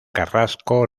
carrasco